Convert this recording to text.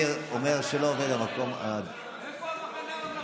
להעביר לוועדה את הצעת חוק השכירות והשאילה (תיקון,